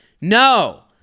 no